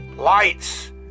lights